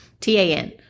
t-a-n